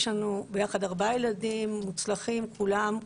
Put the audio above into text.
יש לנו ביחד ארבעה ילדים מוצלחים כולם,